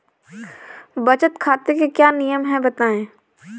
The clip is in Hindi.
बचत खाते के क्या नियम हैं बताएँ?